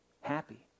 Happy